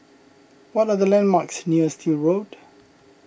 what are the landmarks near Still Road